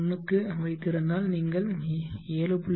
1 க்கு வைத்துஇருந்தால் நீங்கள் 7